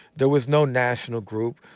there was no national group.